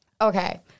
Okay